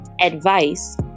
advice